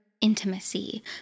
intimacy